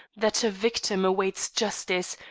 that a victim awaits justice,